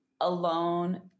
alone